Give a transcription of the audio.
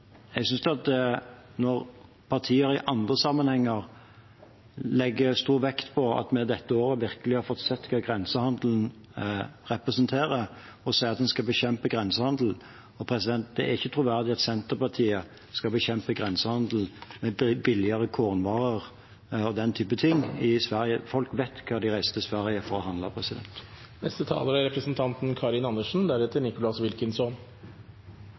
jeg synes at når partier i andre sammenhenger legger stor vekt på at vi dette året virkelig har fått sett hva grensehandelen representerer, og sier at en skal bekjempe grensehandelen, er det ikke troverdig at Senterpartiet skal bekjempe grensehandelen med billigere kornvarer og den typen ting. Folk vet hva de reiser til Sverige for å handle. Det ene er